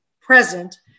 present